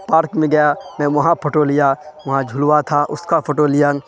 park میں گیا میں وہاں فوٹو لیا وہاں جھلوا تھا اس کا فوٹو لیا